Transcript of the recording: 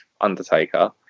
Undertaker